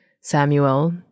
Samuel